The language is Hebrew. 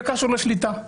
זה קשור לשליטה.